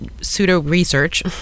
pseudo-research